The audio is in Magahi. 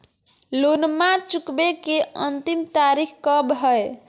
लोनमा चुकबे के अंतिम तारीख कब हय?